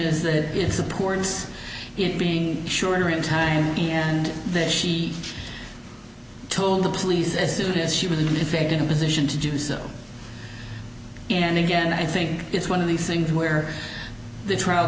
is that it supports it being sure in time and that she told the police as it is she was in effect in a position to do so and again i think it's one of these things where the trial